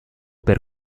per